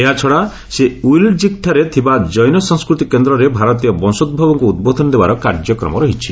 ଏହାଛଡ଼ା ସେ ୱିଲ୍ରିଜିକ୍ଠାରେ ଥିବା କୈନ ସଂସ୍କୃତି କେନ୍ଦରେ ଭାରତୀୟ ବଂଶୋଭବଙ୍କ ଉଦ୍ବୋଧନ ଦେବାର କାର୍ଯ୍ୟକ୍ମ ରହିଛି